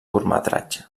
curtmetratge